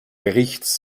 berichts